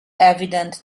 evident